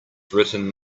written